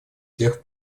всех